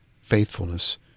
faithfulness